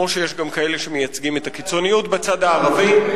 כמו שיש גם כאלה שמייצגים את הקיצוניות בצד הערבי.